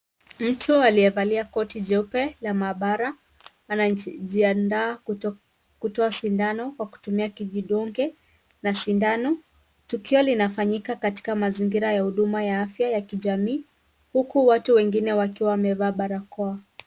Mtu aliyevalia koti jeupe la maabara anajiandaa kutoa sindano kwa kutumia kijidunge na sindano. Tukio linafanyika katika mazingira ya huduma ya afya ya kijamii huku watu wengine wakiwa wamevaa barakoa.